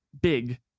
big